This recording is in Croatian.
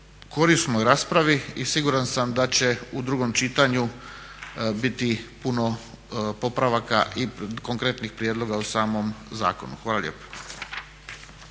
korisnoj raspravi i siguran sam da će u drugom čitanju biti puno popravaka i konkretnih prijedloga u samom zakonu. Hvala lijepo.